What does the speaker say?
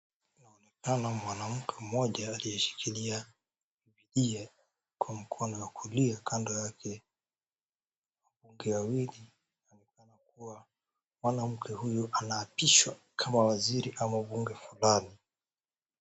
Inaonekana mwanamke mmoja liyeshikilia Bibilia kwa mkono ya kulia kando yake wambunge wawili. Inaonekana kuwa mwanamke huyu anaapishwa kama waziri ama mbunge fulani.